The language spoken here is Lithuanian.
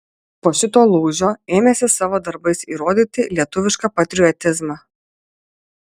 po šito lūžio ėmėsi savo darbais įrodyti lietuvišką patriotizmą